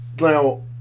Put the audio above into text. Now